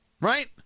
right